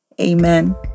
Amen